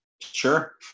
sure